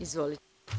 Izvolite.